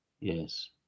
Yes